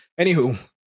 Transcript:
Anywho